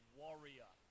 warrior